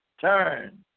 Turn